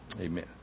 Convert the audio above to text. Amen